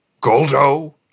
Goldo